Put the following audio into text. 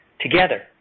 Together